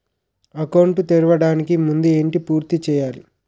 Account తెరవడానికి ముందు ఏంటి పూర్తి చేయాలి?